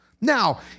Now